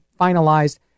finalized